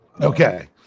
Okay